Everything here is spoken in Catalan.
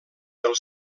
del